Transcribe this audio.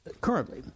currently